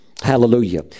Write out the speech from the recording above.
Hallelujah